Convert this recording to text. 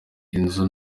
inzu